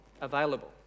available